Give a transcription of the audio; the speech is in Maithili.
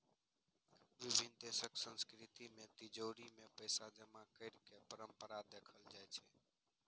विभिन्न देशक संस्कृति मे तिजौरी मे पैसा जमा करै के परंपरा देखल जाइ छै